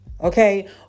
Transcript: okay